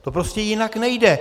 To prostě jinak nejde.